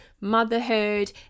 motherhood